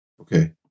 Okay